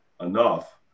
enough